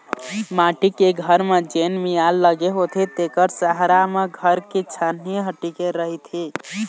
माटी के घर म जेन मियार लगे होथे तेखरे सहारा म घर के छानही ह टिके रहिथे